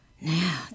Now